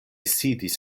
sidis